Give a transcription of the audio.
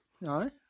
no